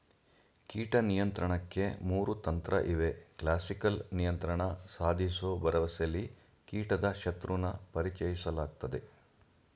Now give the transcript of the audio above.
ಕೀಟ ನಿಯಂತ್ರಣಕ್ಕೆ ಮೂರು ತಂತ್ರಇವೆ ಕ್ಲಾಸಿಕಲ್ ನಿಯಂತ್ರಣ ಸಾಧಿಸೋ ಭರವಸೆಲಿ ಕೀಟದ ಶತ್ರುನ ಪರಿಚಯಿಸಲಾಗ್ತದೆ